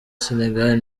senegal